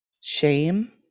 shame